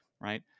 right